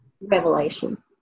revelation